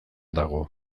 dago